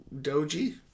doji